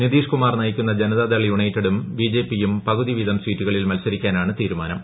നിതീഷ്കുമാർ നയിക്കുന്ന ജനതാദൾ യുണൈറ്റഡും ബി ജെ പിയും പകുതിവീതം സീറ്റുകളിൽ മത്സരിക്കാനാണ് തീരുമാനം